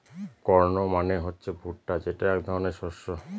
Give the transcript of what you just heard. corn মানে হচ্ছে ভুট্টা যেটা এক ধরনের শস্য